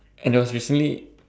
and it was recently